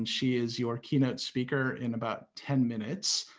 she is your keynote speaker in about ten minutes,